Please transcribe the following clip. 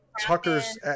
tucker's